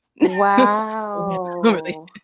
Wow